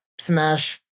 smash